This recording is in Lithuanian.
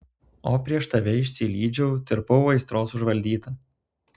o prieš tave išsilydžiau ištirpau aistros užvaldyta